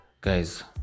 Guys